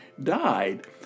Died